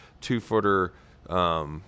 two-footer